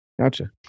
Gotcha